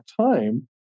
time